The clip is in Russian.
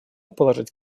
положить